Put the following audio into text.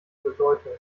bedeutung